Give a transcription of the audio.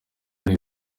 ari